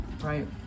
right